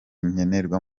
nkenerwa